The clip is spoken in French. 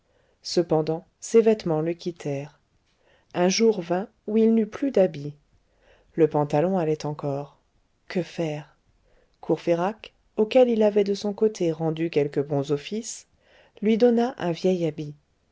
cependant ses vêtements le quittèrent un jour vint où il n'eut plus d'habit le pantalon allait encore que faire courfeyrac auquel il avait de son côté rendu quelques bons offices lui donna un vieil habit